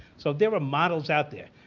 so there are models out there.